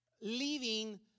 leaving